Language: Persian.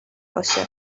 باشه